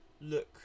look